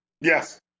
Yes